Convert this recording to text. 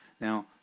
Now